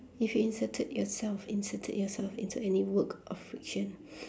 if you inserted yourself inserted yourself into any work of friction